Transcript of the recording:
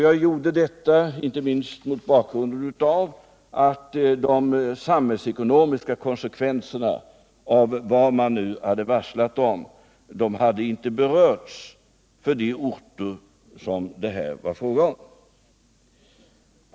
Jag gjorde detta inte minst mot bakgrund av att de samhällsekonomiska konsekvenserna av de varsel soni förevarit inte hade berörts för de orter som det här var fråga om.